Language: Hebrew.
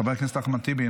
חבר הכנסת אחמד טיבי,